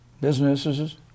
businesses